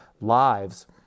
lives